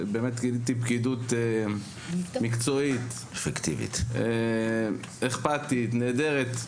גיליתי באמת פקידות מקצועית, אכפתית ונהדרת.